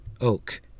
Oak